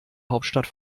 hauptstadt